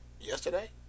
Yesterday